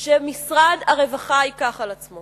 שמשרד הרווחה ייקח על עצמו